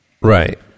Right